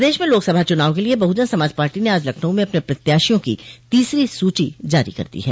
प्रदेश में लोकसभा चुनाव के लिये बहुजन समाज पार्टी ने आज लखनऊ में अपने प्रत्याशियों की तीसरी सूची जारी कर दी है